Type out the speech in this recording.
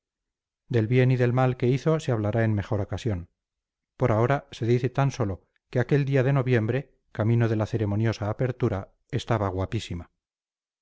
del bien y del mal que hizo se hablará en mejor ocasión por ahora se dice tan sólo que aquel día de noviembre camino de la ceremoniosa apertura estaba guapísima